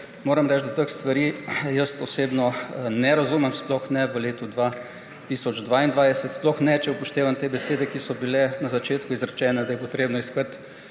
moram reči, da teh stvari jaz osebno ne razumem. Sploh ne v letu 2022, sploh ne, če upoštevam besede, ki so bile na začetku izrečene, da je potrebno iskati